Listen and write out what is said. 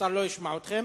השר לא ישמע אתכם.